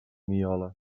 miole